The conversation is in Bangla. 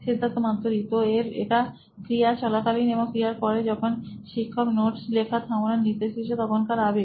সিদ্ধার্থ মাতু রি সি ই ও নোইন ইলেক্ট্রনিক্স তো এটা ক্রিয়া চলাকালীন এবং ক্রিয়ার পরে যখন শিক্ষক নোটস লেখা থামানোর নির্দে শ দিয়েছেনতখনকার আবেগ